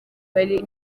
bari